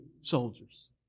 soldiers